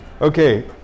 Okay